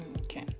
okay